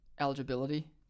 eligibility